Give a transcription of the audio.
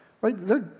right